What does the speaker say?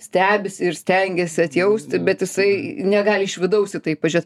stebisi ir stengiasi atjausti bet jisai negali iš vidaus į tai pažiūrėt